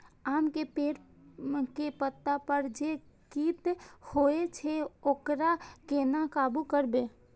आम के पेड़ के पत्ता पर जे कीट होय छे वकरा केना काबू करबे?